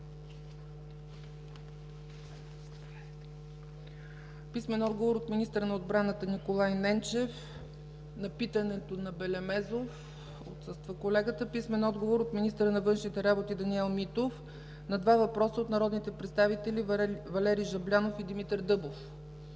Белемезов; - министъра на отбраната Николай Ненчев на питането на Белемезов, отсъства колегата; - министъра на външните работи Даниел Митов на два въпроса от народните представители Валери Жаблянов и Димитър Дъбов;